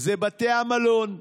זה בתי המלון,